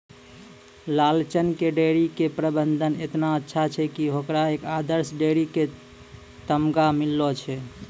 लालचन के डेयरी के प्रबंधन एतना अच्छा छै कि होकरा एक आदर्श डेयरी के तमगा मिललो छै